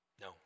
No